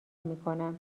میکنم